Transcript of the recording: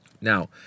Now